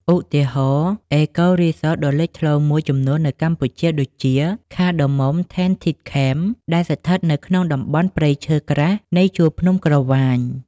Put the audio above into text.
ឧទាហរណ៍ អេកូរីសត ដ៏លេចធ្លោមួយចំនួននៅកម្ពុជាដូចជា ខា ដា មុំ ថេន ធីត ខេម Cardamom Tented Camp ដែលស្ថិតនៅក្នុងតំបន់ព្រៃឈើក្រាស់នៃជួរភ្នំក្រវាញ។